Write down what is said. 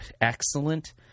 excellent